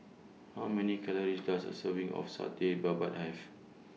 How Many Calories Does A Serving of Satay Babat Have